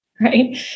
right